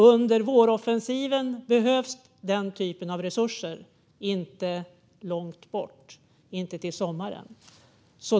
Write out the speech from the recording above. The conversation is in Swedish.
Den typen av resurser behövs under våroffensiven, inte till sommaren.